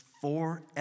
forever